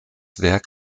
werk